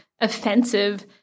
offensive